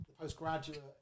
postgraduate